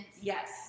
Yes